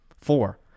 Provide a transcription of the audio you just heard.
four